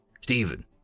Stephen